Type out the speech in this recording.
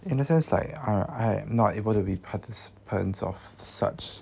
in a sense like I am not able to be participants of such